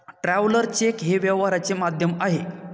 traveller cheque हे व्यवहाराचे माध्यम आहे